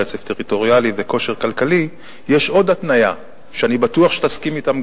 רצף טריטוריאלי וכושר כלכלי יש עוד התניה שאני בטוח שתסכים אתם,